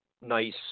nice